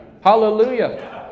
Hallelujah